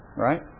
Right